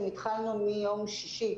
יש כ-270 בתי חולים סיעודיים,